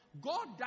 God